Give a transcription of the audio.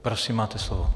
Prosím, máte slovo.